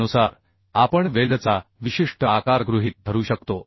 त्यानुसार आपण वेल्डचा विशिष्ट आकार गृहीत धरू शकतो